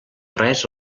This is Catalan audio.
res